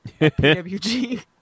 PWG